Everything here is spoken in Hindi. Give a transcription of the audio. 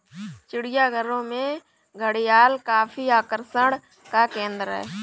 चिड़ियाघरों में घड़ियाल काफी आकर्षण का केंद्र है